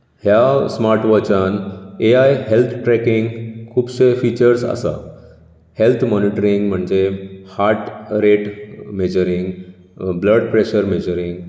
ह्या स्मार्ट वॉचांत health tracking खुबशे फिचर्स आसा हॅल्थ मॉनिटरींग म्हणजे heart rate measuring blood pressure measuring